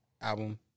Album